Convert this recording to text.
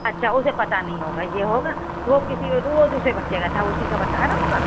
اچھا اسے پتا نہیں ہوگا یہ ہوگا وہ کسی دوسرے بچے کا تھا اسی کا بتا رہا ہوگا